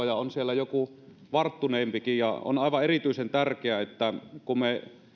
ja on siellä joku varttuneempikin on aivan erityisen tärkeää että kun me